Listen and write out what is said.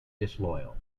disloyal